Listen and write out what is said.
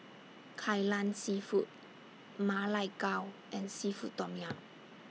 Kai Lan Seafood Ma Lai Gao and Seafood Tom Yum